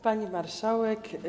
Pani Marszałek!